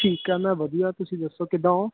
ਠੀਕ ਆ ਮੈਂ ਵਧੀਆ ਤੁਸੀਂ ਦੱਸੋ ਕਿੱਦਾਂ ਹੋ